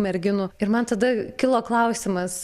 merginų ir man tada kilo klausimas